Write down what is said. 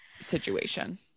situation